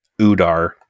Udar